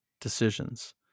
decisions